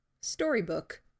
Storybook